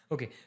Okay